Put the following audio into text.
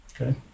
Okay